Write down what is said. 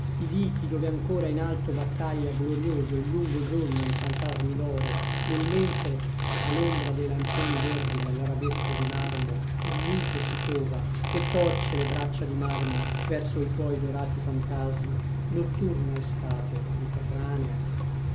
i vichi dove ancora in alto battaglia glorioso il lungo giorno in fantasmi d'oro nel mentre a l'ombra dei lampioni verdi nell'arabesco di marmo un mito si cova che torce le braccia di marmo verso i tuoi dorati fantasmi notturna estate mediterranea